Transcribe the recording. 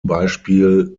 beispiel